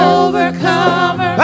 overcomer